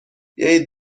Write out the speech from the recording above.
بیایید